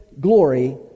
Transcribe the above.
glory